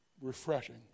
refreshing